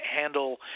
handle